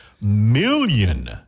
million